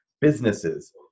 businesses